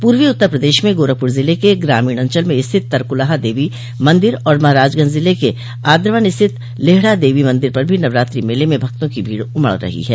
पूर्वी उत्तर प्रदेश म गोरखपुर जिले के ग्रामीण अंचल में स्थित तरकुलहा देवी मंदिर और महराजगंज जिले के आद्रवन स्थित लेहड़ा देवी मंदिर पर भी नवरात्रि मेले में भक्तों की भीड़ उमड़ रही है